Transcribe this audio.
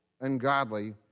ungodly